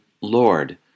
Lord